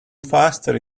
faster